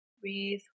breathe